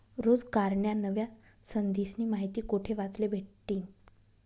रोजगारन्या नव्या संधीस्नी माहिती कोठे वाचले भेटतीन?